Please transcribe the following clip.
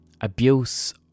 abuse